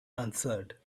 answered